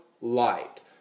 light